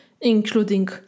including